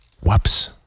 Whoops